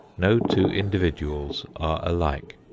no two individuals are alike.